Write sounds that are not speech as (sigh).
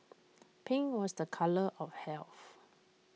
(noise) pink was the colour of health